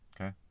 Okay